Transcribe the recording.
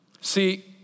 See